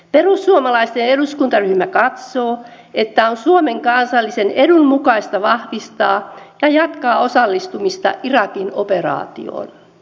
perussuomalaisten eduskuntaryhmä katsoo että on suomen kansallisen edun mukaista vahvistaa ja jatkaa osallistumista irakin operaatioon